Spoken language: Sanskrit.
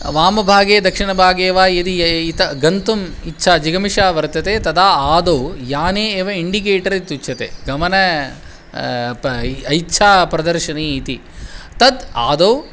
वामभागे दक्षिणभागे वा यदि इतः गन्तुम् इच्छा जिगमिषा वर्तते तदा आदौ याने एव इण्डिकेटर् इत्युच्यते गमनेच्छा प्रदर्शनी इति तत् आदौ